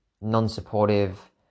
non-supportive